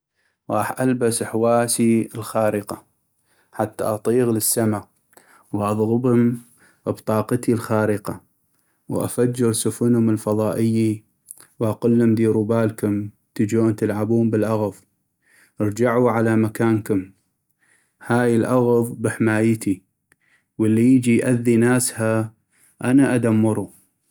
غاح البس احواسي الخارقة ، حتى اطيغ للسما واضغبم بطاقتي الخارقة .وافجر سفنم الفضائي واقلم ديرو بالكم تجون تلعبون بالاغض ارجعو على مكانكم ، هاي الاغض بحمايتي واللي يجي يأذي ناسها انا ادمرو.